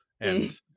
and-